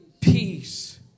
peace